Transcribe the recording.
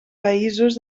països